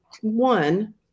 One